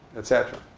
et cetera.